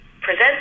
present